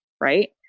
Right